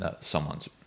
someone's